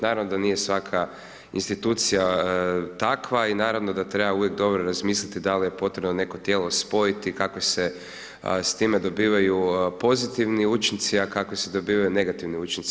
Naravno da nije svaka institucija takva i naravno da treba uvijek dobro razmisliti da li je potrebno neko tijelo spojiti, kako se s time dobivaju pozitivni učinci a kako se dobivaju negativni učinci.